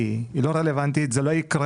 היא לא רלוונטית; זה לא יקרה.